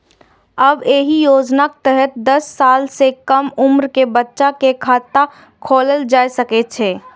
आब एहि योजनाक तहत दस साल सं कम उम्र के बच्चा के खाता खोलाएल जा सकै छै